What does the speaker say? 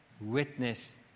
witness